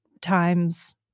times